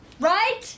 Right